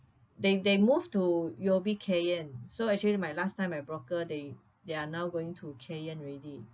they they move to U_O_B Kay Hian so actually my last time my broker they they are now going to Kay Hian already